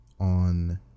on